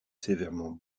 sévèrement